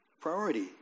Priority